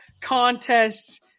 contests